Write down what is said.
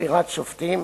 לבחירת שופטים